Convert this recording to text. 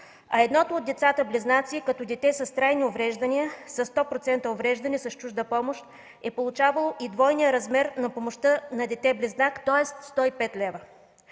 а едното от децата-близнаци като дете с трайни увреждания, със 100% увреждане е с чужда помощ, е получавало и двойния размер на помощта на дете-близнак, тоест 150 лв.